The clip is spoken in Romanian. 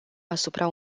asupra